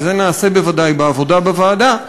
ואת זה נעשה בוודאי בעבודה בוועדה,